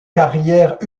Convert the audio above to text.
carrière